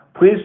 please